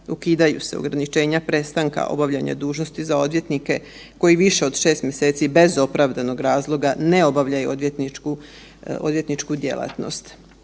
ukidaju se ograničenja prestanka obavljanja dužnosti za odvjetnike koji više od 6. mjeseci bez opravdanog razloga ne obavljaju odvjetničku, odvjetničku